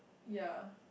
ya